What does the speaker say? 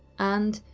and,